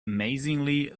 amazingly